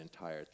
entire